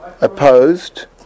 opposed